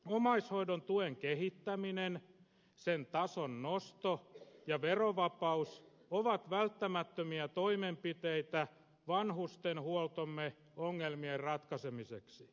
omaishoidon tuen kehittäminen sen tason nosto ja verovapaus ovat välttämättömiä toimenpiteitä vanhustenhuoltomme ongelmien ratkaisemiseksi